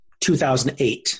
2008